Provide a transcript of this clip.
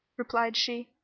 replied she,